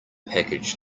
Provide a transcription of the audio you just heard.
package